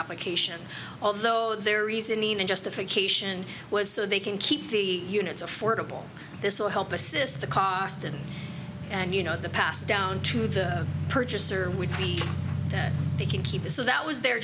application although their reasoning and justification was so they can keep the units affordable this will help assist the cost in and you know the past down to the purchaser would be that they can keep it so that was their